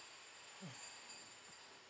mm